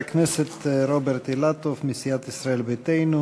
חבר הכנסת רוברט אילטוב מסיעת ישראל ביתנו,